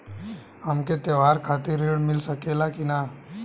हमके त्योहार खातिर त्रण मिल सकला कि ना?